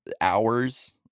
hours